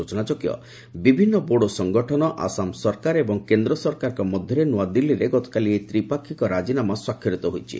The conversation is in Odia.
ସୂଚନା ଯୋଗ୍ୟ ଯେ ବିଭିନ୍ନ ବୋଡୋ ସଂଗଠନ ଆସାମ ସରକାର ଏବଂ କେନ୍ଦ୍ର ସରକାରଙ୍କ ମଧ୍ୟରେ ନ୍ତଆଦିଲ୍ଲୀରେ ଗତକାଲି ଏହି ତ୍ରିପାକ୍ଷିକ ରାଜିନାମା ସ୍ୱାକ୍ଷରିତ ହୋଇଛି